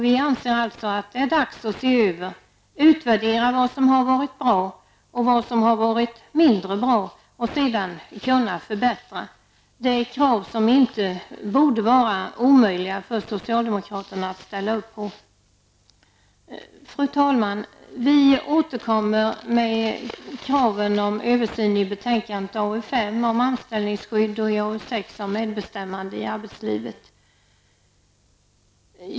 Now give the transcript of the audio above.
Vi anser alltså att det är dags att utvärdera vad som har varit bra och vad som har varit mindre bra för att sedan göra förbättringar. Det är krav som det inte borde vara omöjligt för socialdemokraterna att ställa upp på. Fru talman! Vi återkommer i betänkandet nr 5 med kraven på översyn av anställningsskyddet och i betänkandet nr 6 med kraven på medbestämmande i arbetslivet.